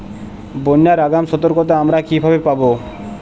বন্যার আগাম সতর্কতা আমরা কিভাবে পাবো?